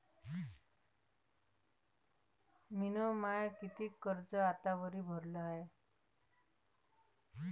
मिन माय कितीक कर्ज आतावरी भरलं हाय?